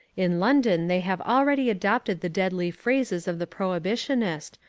in london they have already adopted the deadly phrases of the prohibitionist,